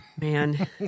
man